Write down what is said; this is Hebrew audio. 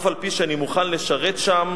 אף-על-פי שאני מוכן לשרת שם